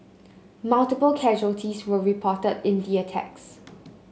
multiple casualties were reported in the attacks